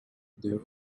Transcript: their